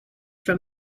from